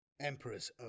Emperor's